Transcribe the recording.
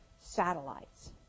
satellites